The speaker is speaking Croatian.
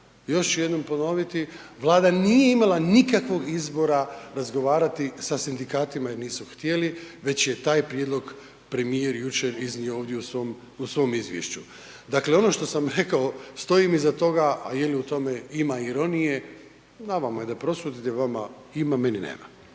još ću jednom ponoviti, Vlada nije imala nikakvog izbora razgovarati sa sindikatima jer nisu htjeli već je taj prijedlog premijer jučer iznio ovdje u svom izvješću. Dakle ono što sam rekao, stojim iza toga a je li u tome ima ironije, na vama je da prosudite, vama ima, meni nema.